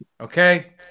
Okay